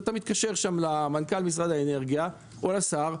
אתה מתקשר למנכ"ל משרד האנרגיה או לשר,